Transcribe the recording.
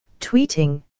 Tweeting